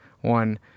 One